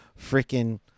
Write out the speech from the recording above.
freaking